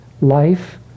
life